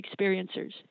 experiencers